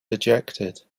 dejected